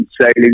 Sailing